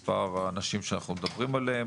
לגבי מספר האנשים שאנחנו מדברים עליהם,